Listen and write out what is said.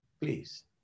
please